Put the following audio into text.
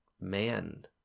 man